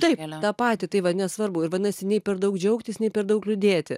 taip tą patį tai va nesvarbu ir vanasi nei per daug džiaugtis nei per daug liūdėti